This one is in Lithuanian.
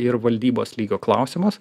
ir valdybos lygio klausimas